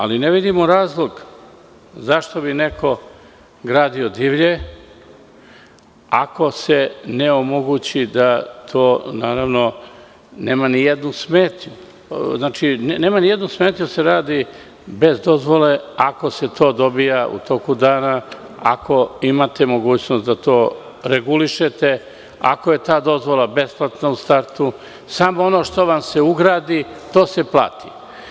Ali, ne vidimo razlog zašto bi neko gradio divlje ako mu se omogući da to nema ni jedna smetnju da se radi sa dozvolom ako se to dobija u toku dana, ako imate mogućnost da to regulišete, ako je ta dozvola besplatna u startu i samo ono što vam se ugradi, to se plati?